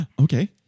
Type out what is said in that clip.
Okay